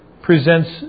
presents